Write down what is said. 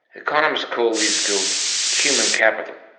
economists call these skills human capital.